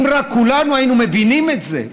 אם רק כולנו היינו מבינים את זה,